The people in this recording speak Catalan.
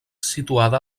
situada